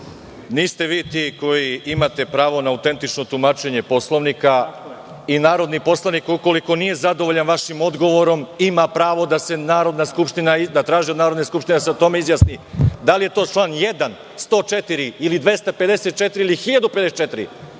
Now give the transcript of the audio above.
Niste vi ti koji imate prava na autentično tumačenje Poslovnika. Narodni poslanik, ukoliko nije zadovoljan vašim odgovorom, ima prava da traži od Narodne skupštine da se o tome izjasni - da li je to član 1, 104, 254. ili 1054.